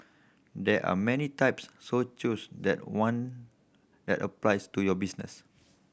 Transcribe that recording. there are many types so choose the one that applies to your business